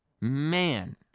man